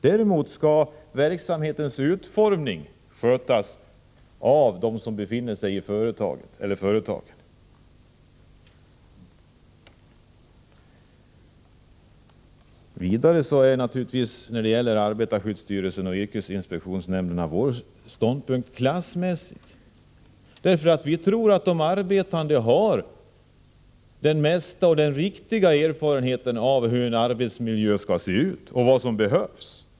Däremot skall verksamhetens utformning skötas av dem som är i företagen. När det gäller arbetarskyddsstyrelsen och yrkesinspektionsnämnderna är vår ståndpunkt naturligtvis klassmässig, eftersom vi tror att arbetarna har den mesta och den riktigaste erfarenheten av hur en arbetsmiljö skall se ut och av vad som behövs.